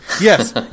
yes